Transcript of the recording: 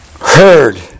heard